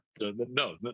no